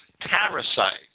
parasites